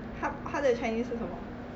他他的 chinese name 是什么